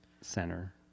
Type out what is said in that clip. Center